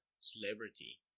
celebrity